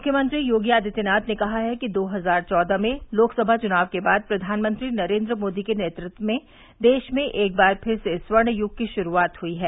मुख्यमंत्री योगी आदित्यनाथ ने कहा है कि दो हजार चौदह में लोकसभा चुनाव के बाद प्रघानमंत्री नरेन्द्र मोदी के नेतृत्व में देश में एक बार फिर से स्वर्ण युग की शुरूआत हुई है